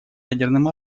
ядерным